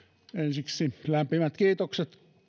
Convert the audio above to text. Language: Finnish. ensiksi lämpimät kiitokset